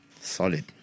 Solid